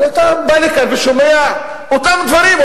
אבל אתה בא לכאן ושומע את אותם דברים,